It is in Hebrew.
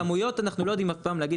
בכמויות אנחנו אף פעם לא יודעים להגיד